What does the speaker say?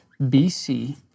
BC